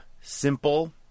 simple